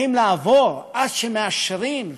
צריכים לעבור עד שמאשרים זאת.